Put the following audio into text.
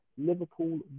Liverpool